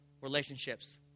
relationships